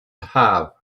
have